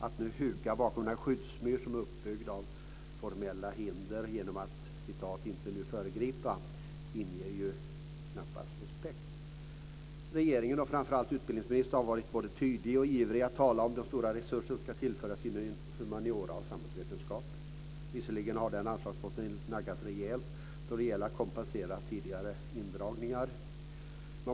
Att nu huka bakom den skyddsmur som är uppbyggd av formella hinder genom att "inte nu föregripa" inger knappast respekt. Regeringen och framför allt utbildningsministern har varit både tydlig och ivrig när det gällt att tala om de stora resurser som ska tillföras inom humaniora och samhällsvetenskap. Visserligen har den anslagsposten naggats rejält då det gällt att kompensera tidigare indragningar.